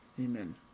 Amen